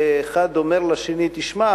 ואחד אומר לשני: תשמע,